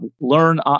learn